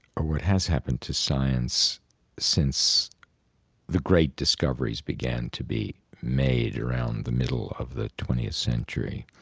or what has happened to science since the great discoveries began to be made around the middle of the twentieth century